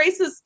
racist